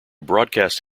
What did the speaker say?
broadcast